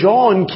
John